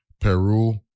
peru